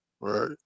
Right